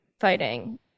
fighting